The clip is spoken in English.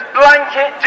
blanket